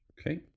Okay